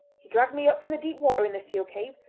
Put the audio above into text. he dragged me up from the deep water in the seal cave,